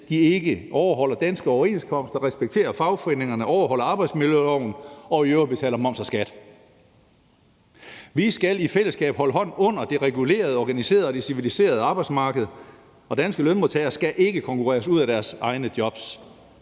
de ikke overholder danske overenskomster, respekterer fagforeningerne, overholder arbejdsmiljøloven og i øvrigt betaler moms og skat. Vi skal i fællesskab holde hånden under det regulerede, organiserede og civiliserede arbejdsmarked, og danske lønmodtagere skal ikke konkurreres ud af deres egne jobs.